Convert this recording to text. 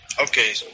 Okay